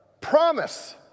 Promise